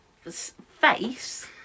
face